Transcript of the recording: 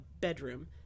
bedroom